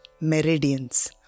meridians